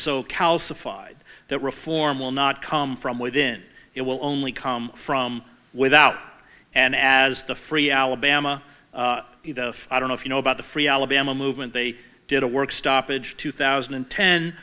so calcified that reform will not come from within it will only come from without and as the free alabama i don't know if you know about the free alabama movement they did a work stoppage two thousand and ten